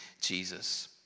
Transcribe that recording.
Jesus